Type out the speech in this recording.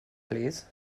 plîs